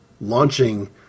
launching